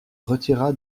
retira